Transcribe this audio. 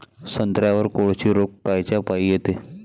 संत्र्यावर कोळशी रोग कायच्यापाई येते?